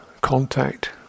contact